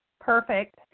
Perfect